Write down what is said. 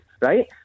Right